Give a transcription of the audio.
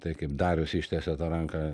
tai kaip darius ištiesia ranką